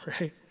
right